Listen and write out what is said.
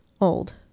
old